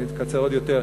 אני אקצר עוד יותר,